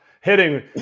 hitting